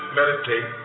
meditate